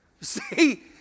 See